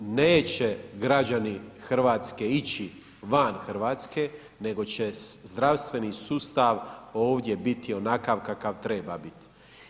Dakle, neće građani Hrvatske ići vam Hrvatske nego će zdravstveni sustav ovdje biti onakav kakav treba biti.